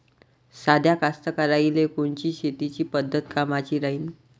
साध्या कास्तकाराइले कोनची शेतीची पद्धत कामाची राहीन?